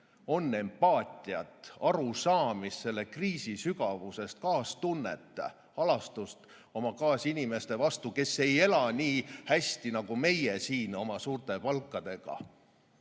on empaatiat, arusaamist selle kriisi sügavusest, kaastunnet, halastust oma kaasinimeste vastu, kes ei ela nii hästi nagu meie siin oma suurte palkadega?